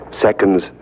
seconds